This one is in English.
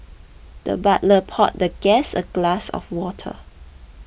the butler poured the guest a glass of water